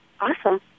Awesome